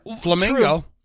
Flamingo